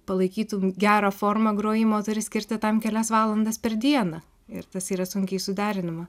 palaikytum gerą formą grojimo turi skirti tam kelias valandas per dieną ir tas yra sunkiai suderinama